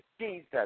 Jesus